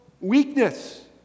weakness